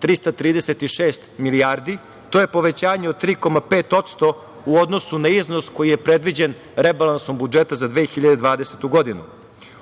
1.336 milijardi. To je povećanje od 3,5% u odnosu na iznos koji je predviđen rebalansom budžeta za 2020. godinu.